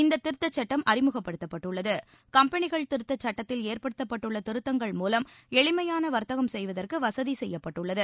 இந்த திருத்தச் சட்டம் அறிமுகப்படுத்தப்பட்டுள்ளது கம்பெனிகள் திருத்தச் சட்டத்தில் ஏற்படுத்தப்பட்டுள்ள திருத்தங்கள் மூலம் எளிமையான வர்த்தகம் செய்வதற்கு வசதி செய்யப்பட்டுள்ளது